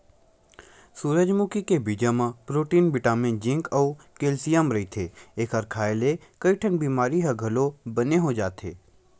सूरजमुखी के बीजा म प्रोटीन बिटामिन जिंक अउ केल्सियम रहिथे, एखर खांए ले कइठन बिमारी ह घलो बने हो जाथे